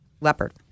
leopard